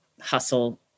hustle